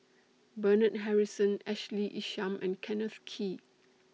Bernard Harrison Ashley Isham and Kenneth Kee